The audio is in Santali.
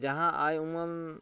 ᱡᱟᱦᱟᱸ ᱟᱭᱼᱩᱢᱟᱹᱱ